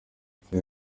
apfa